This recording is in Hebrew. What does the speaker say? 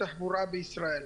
בישראל.